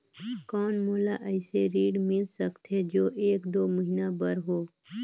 कौन मोला अइसे ऋण मिल सकथे जो एक दो महीना बर हो?